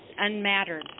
unmattered